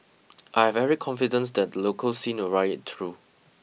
I have every confidence that the local scene will ride it through